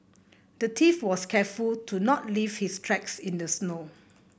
the thief was careful to not leave his tracks in the snow